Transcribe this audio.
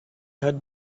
had